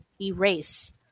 erase